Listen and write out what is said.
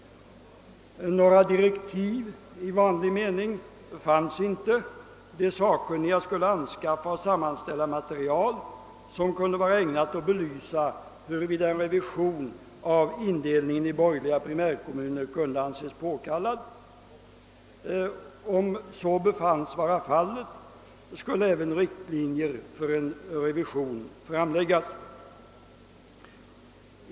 Några direktiv i vanlig mening fanns inte. De sakkunniga skulle anskaffa och sammanställa material som kunde vara ägnat att belysa huruvida en revision av indelningen i borgerliga primärkommuner kunde anses vara påkallad. Om så befanns vara fallet skulle även riktlinjer för en revision framläggas.